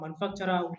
Manufacturer